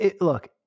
look